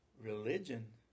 religion